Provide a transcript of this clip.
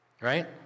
Right